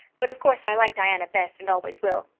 but of course i like diana best and always will.